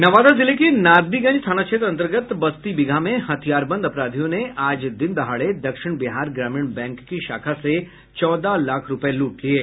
नवादा जिले के नारदीगंज थाना क्षेत्र अंतर्गत बस्ती बिगहा में हथियार बंद अपराधियों ने आज दिन दहाड़े दक्षिण बिहार ग्रामीण बैंक की शाखा से चौदह लाख रूपये लूट लिये